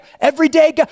everyday